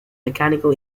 mechanical